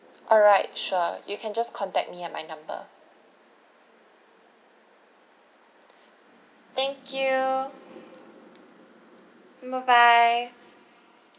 alright sure you can just contact me at my number thank you bye bye